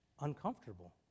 uncomfortable